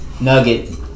nugget